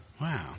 Wow